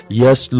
yes